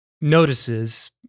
notices